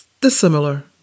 dissimilar